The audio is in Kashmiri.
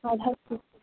اَدٕ حظ تہٕ